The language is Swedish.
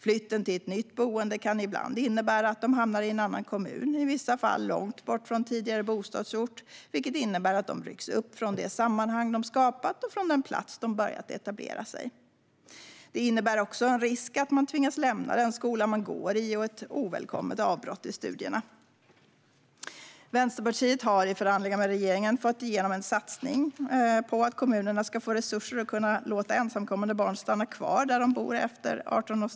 Flytten till nytt boende kan ibland innebära att de hamnar i en annan kommun, i vissa fall långt bort från tidigare bostadsort, vilket innebär att de rycks upp från det sammanhang de skapat och från den plats där de börjat etablera sig. Det innebär också en risk för att man tvingas lämna den skola man går i och ett ovälkommet avbrott i studierna. Vänsterpartiet har i förhandlingar med regeringen fått igenom en satsning för att kommunerna ska få resurser för att kunna låta ensamkommande barn stanna kvar där de bor efter 18årsdagen.